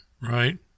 Right